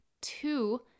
Two